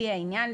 לפי העניין,